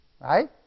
right